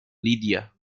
lidia